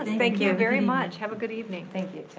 thank you very much. have a good evening. thank you.